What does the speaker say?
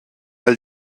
ella